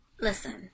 Listen